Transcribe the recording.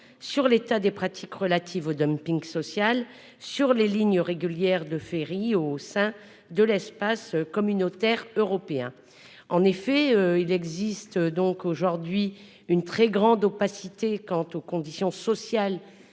sur l'état des pratiques relatives au dumping social sur les lignes régulières de ferries au sein de l'espace communautaire européen. Il existe aujourd'hui une très grande opacité quant aux conditions sociales